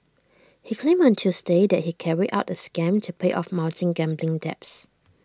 he claimed on Tuesday that he carried out the scam to pay off mounting gambling debts